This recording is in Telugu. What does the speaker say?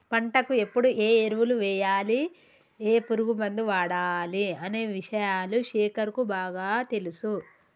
పంటకు ఎప్పుడు ఏ ఎరువులు వేయాలి ఏ పురుగు మందు వాడాలి అనే విషయాలు శేఖర్ కు బాగా తెలుసు